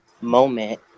moment